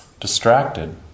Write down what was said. distracted